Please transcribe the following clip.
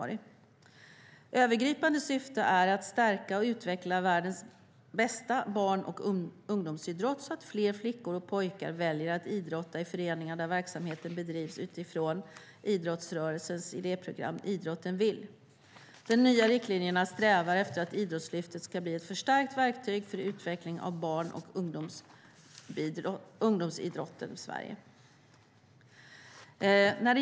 Det övergripande syftet är att stärka och utveckla världens bästa barn och ungdomsidrott så att fler flickor och pojkar väljer att idrotta i föreningar där verksamheten bedrivs utifrån idrottsrörelsens idéprogram Idrotten vill . De nya riktlinjerna strävar efter att Idrottslyftet ska bli ett förstärkt verktyg för utveckling av barn och ungdomsidrotten i Sverige.